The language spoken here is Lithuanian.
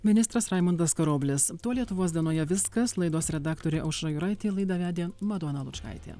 ministras raimondas karoblis lietuvos dienoje viskas laidos redaktorė aušra juraitė laidą vedė madona lučkaitė